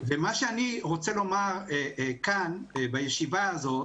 מה שאני רוצה לומר כאן בישיבה הזאת